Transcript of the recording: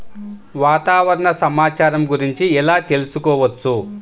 వాతావరణ సమాచారం గురించి ఎలా తెలుసుకోవచ్చు?